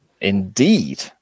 Indeed